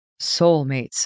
soulmates